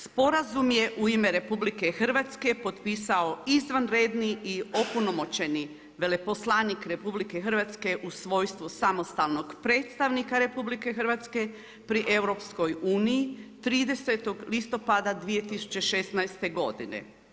Sporazum je u ime RH potpisao izvanredni i opunomoćeni veleposlanik RH u svojstvu samostalnog predstavnika RH, pri EU-u, 30. listopada 2016. godine.